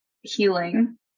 healing